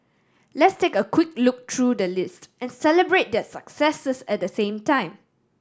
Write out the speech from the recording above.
let's take a quick look through the list and celebrate their successes at the same time